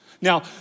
Now